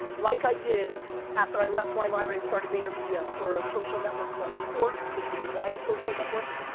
like i did after i left wine library and started vaynermedia for a social network called cork'd, which was a wine social network,